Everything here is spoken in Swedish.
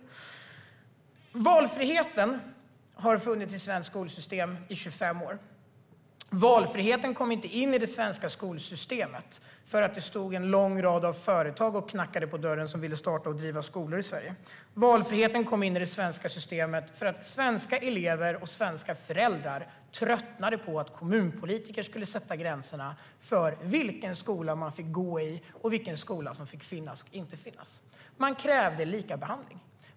Valfriheten har funnits i svenskt skolsystem i 25 år. Valfriheten kom inte in i det svenska skolsystemet för att det stod en lång rad företag och knackade på dörren för att få driva skolor i Sverige. Valfriheten kom in i det svenska systemet för att svenska elever och svenska föräldrar tröttnade på att kommunpolitiker skulle sätta gränserna för vilken skola man fick gå i och vilka skolor som skulle få finnas och inte. Man krävde likabehandling.